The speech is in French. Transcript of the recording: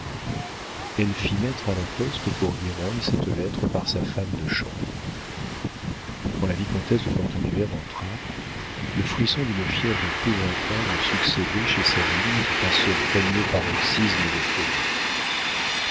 elle fit mettre à la poste pour guérande cette lettre par sa femme de chambre quand la vicomtesse de portenduère entra le frisson d'une fièvre épouvantable succédait chez sabine à ce premier paroxysme de folie